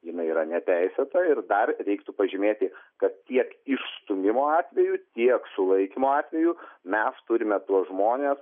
jinai yra neteisėta ir dar reiktų pažymėti kad tiek išstūmimo atveju tiek sulaikymo atveju mes turime tuos žmones